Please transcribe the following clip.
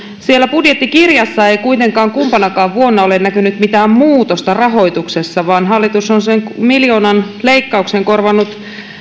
siellä budjettikirjassa ei kuitenkaan kumpanakaan vuonna ole näkynyt mitään muutosta rahoituksessa vaan hallitus on sen miljoonan leikkauksen korvannut